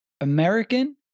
American